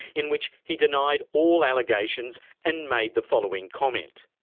in which he denied all allegations and made the following comment.